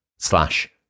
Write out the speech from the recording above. slash